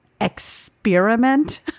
experiment